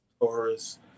Taurus